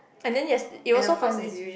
and then yes it was so funny